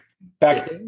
Back